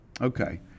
Okay